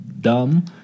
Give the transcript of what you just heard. dumb